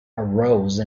arose